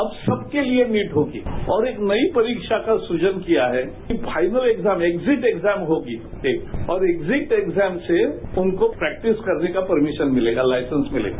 अब सब के लिए नीट होगी और एक नई परीक्षा का सुजन किया है कि फाइल एग्जाम एग्जीट एग्जाम होगी और एग्जीट एग्जाम से उनको प्रैक्टिस करने का परमिशन मिलेगा लाइसेंस मिलेगा